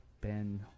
Ben